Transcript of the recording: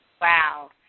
Wow